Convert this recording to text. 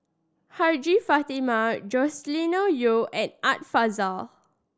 Hajjah Fatimah Joscelin Yeo and Art Fazil